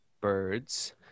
Birds